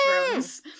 Thrones